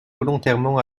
volontairement